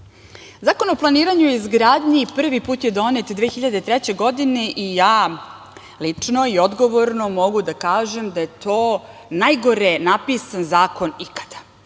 o planiranju i izgradnji prvi put je donet 2003. godine i ja lično i odgovorno mogu da kažem da je to najgore napisan zakon ikada.